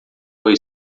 foi